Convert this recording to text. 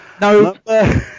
No